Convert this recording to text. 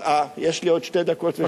יש לי עוד שתי דקות.